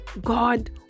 God